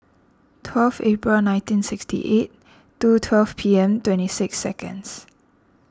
twelve April nineteen sixty eight two twelve P M to seconds